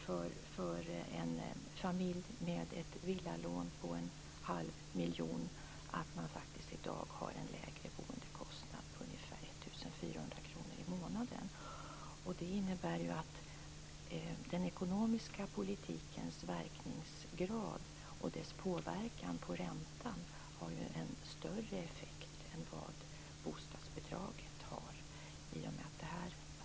För en familj med ett villalån på en halv miljon betyder det faktiskt i dag en lägre boendekostnad med ungefär 1 400 kr/månad. Det innebär att den ekonomiska politiken, dess verkningsgrad och dess påverkan på räntan, har en större effekt än vad bostadsbidraget har.